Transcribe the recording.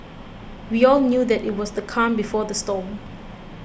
we all knew that it was the calm before the storm